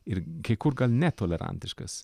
ir kai kur gan netolerantiškas